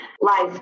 life